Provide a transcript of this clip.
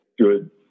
good